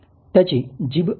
त्याची जीभ पहा